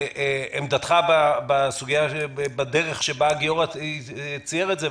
עמדתך בדרך שבה גיורא איילנד צייר את זה,